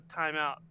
timeout